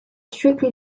strictly